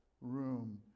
room